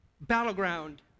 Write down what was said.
battleground